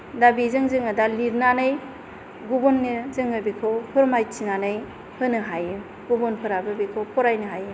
दा बेजों जोङो दा लिरनानै गुबुननो जोङो बेखौ फोरमायथिनानै होनो हायो गुबुनफोराबो बेखौ फरायनो हायो